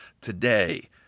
today